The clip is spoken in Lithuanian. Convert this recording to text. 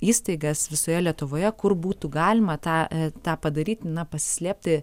įstaigas visoje lietuvoje kur būtų galima tą tą padaryt na pasislėpti